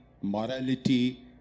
morality